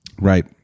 Right